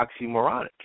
oxymoronic